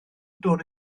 dod